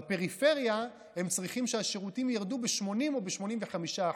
בפריפריה הם צריכים שהשירותים ירדו ב-80% או ב-85%,